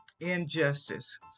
injustice